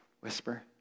whisper